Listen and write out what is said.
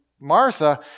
Martha